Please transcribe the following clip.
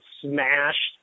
smashed